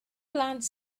blant